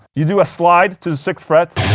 you do a slide to the sixth fret